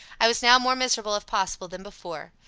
i was now more miserable, if possible, than before.